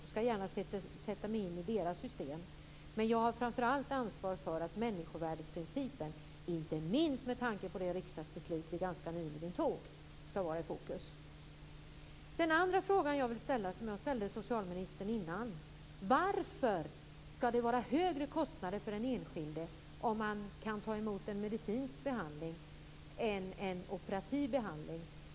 Jag kan gärna sätta mig in i danskarnas system men jag har framför allt ett ansvar för att människovärdesprincipen, inte minst med tanke på det riksdagsbeslut som vi ganska nyligen tog, skall vara i fokus. Den andra frågan ställde jag till socialministern tidigare. Varför skall det vara högre kostnader för den enskilde om man får en medicinsk behandling än om man får en operativ behandling?